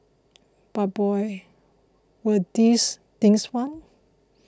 but boy were diss things fun